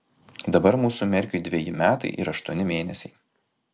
dabar mūsų merkiui dveji metai ir aštuoni mėnesiai